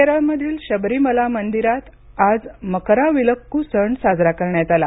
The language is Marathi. केरळमधील शबरीमला मंदिरात आज मकराविलक्कू सण साजरा करण्यात आला